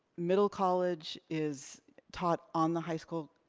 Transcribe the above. middle college is taught on the high school,